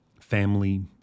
family